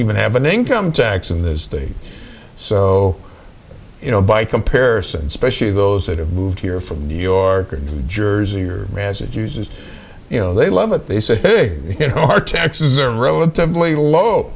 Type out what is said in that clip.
even have an income tax in this state so you know by comparison specially those that have moved here from new york or new jersey or transit users you know they love it they said you know our taxes are relatively low